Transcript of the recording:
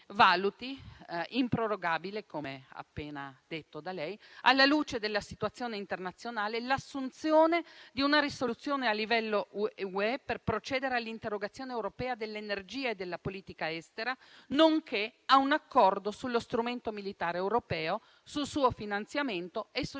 valuti improrogabile, come appena detto da lei, alla luce della situazione internazionale, l'assunzione di una risoluzione a livello di Unione europea per procedere all'integrazione europea dell'energia e della politica estera, nonché a un accordo sullo strumento militare europeo, sul suo finanziamento e sul